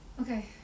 Okay